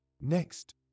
Next